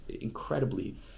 incredibly